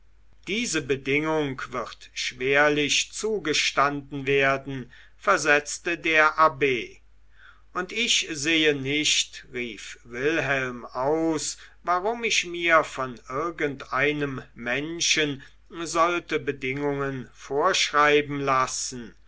diese bedingung wird schwerlich zugestanden werden versetzte der abb und ich sehe nicht rief wilhelm aus warum ich mir von irgendeinem menschen sollte bedingungen vorschreiben lassen